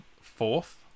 fourth